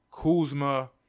Kuzma